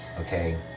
Okay